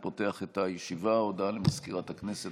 ירושלים, הכנסת,